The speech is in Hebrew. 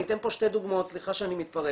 אני אתן פה שתי דוגמאות, סליחה שאני מתפרץ,